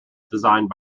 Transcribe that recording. designed